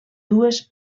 dues